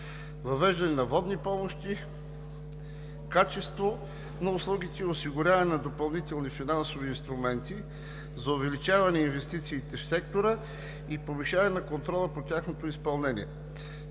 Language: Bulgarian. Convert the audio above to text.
въвеждане на водни помощи, качество на услугите и осигуряване на допълнителни финансови инструменти за увеличаване инвестициите в сектора и повишаване на контрола по тяхното изпълнение.